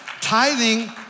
Tithing